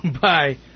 Bye